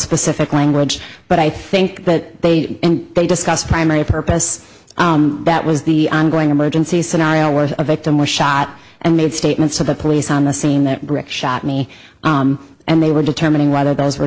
specific language but i think that they and they discussed primary purpose that was the ongoing emergency scenario was a victim was shot and made statements to the police on the scene that breck shot me and they were determining whether those were